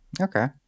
Okay